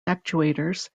actuators